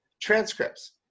transcripts